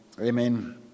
Amen